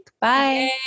Bye